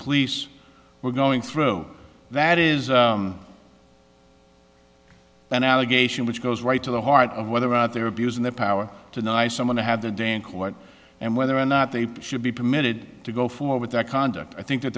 police were going through that is an allegation which goes right to the heart of whether out there abusing their power to ny someone had the damn quote and whether or not they should be permitted to go forward that conduct i think that